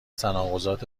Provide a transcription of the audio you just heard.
تناقضات